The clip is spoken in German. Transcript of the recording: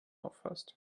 auffasst